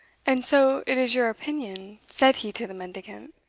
and so it is your opinion, said he to the mendicant,